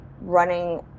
running